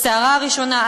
הסערה הראשונה,